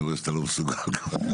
אני רואה שאתה לא מסוגל כבר.